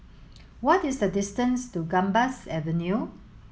what is the distance to Gambas Avenue